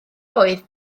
oedd